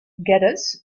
geddes